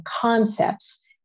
concepts